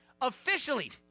Officially